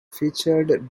featured